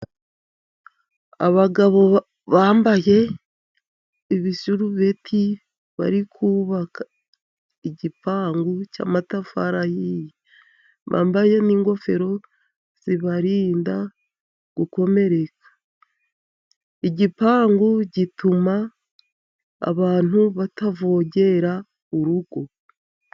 Abagabo bambaye ibisurubeti bari kubaka igipangu cy'amatafari. Bambaye n'ingofero zibarinda gukomereka. Igipangu gituma abantu batavogera urugo.